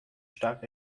stark